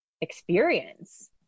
experience